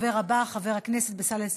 הדובר הבא, חבר הכנסת בצלאל סמוטריץ,